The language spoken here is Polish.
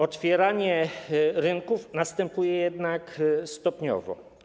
Otwieranie rynków następuje jednak stopniowo.